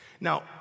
Now